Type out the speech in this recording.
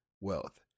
wealth